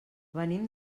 venim